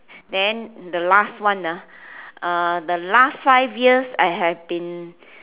then the last one ah uh the last five years I have been